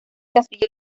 castillo